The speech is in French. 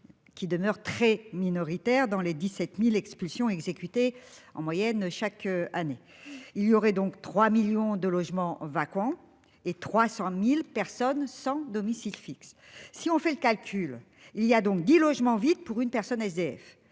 Qu'il demeure très minoritaire dans les 17.000 expulsions exécutées en moyenne chaque année il y aurait donc 3 millions de logements vacants et 300.000 personnes sans domicile fixe. Si on fait le calcul, il y a donc 10 logements vides pour une personne SDF